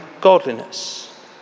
godliness